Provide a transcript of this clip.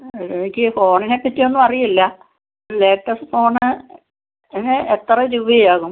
ആ എനിക്ക് ഫോണിനെപ്പറ്റി ഒന്നും അറിയില്ല ലേറ്റസ്റ്റ് ഫോണ് ഏ എത്ര രൂപയാകും